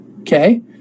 okay